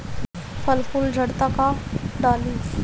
फल फूल झड़ता का डाली?